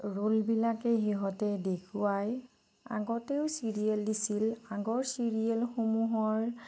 ৰোলবিলাকেই সিহঁতে দেখুৱাই আগতেও চিৰিয়েল দিছিল আগৰ চিৰিয়েলসমূহৰ